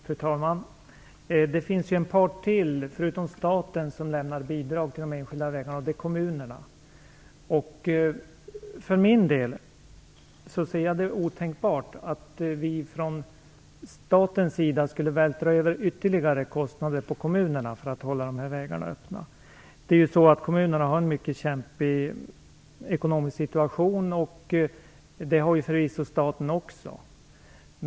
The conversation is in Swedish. Fru talman! Det finns ytterligare en part förutom staten som lämnar bidrag till de enskilda vägarna - kommunerna. För min del anser jag att det är otänkbart att vi från statens sida skulle vältra över ytterligare kostnader på kommunerna för att hålla de här vägarna öppna. Kommunerna har en mycket kämpig ekonomisk situation. Det har förvisso staten också.